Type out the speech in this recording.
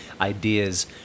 ideas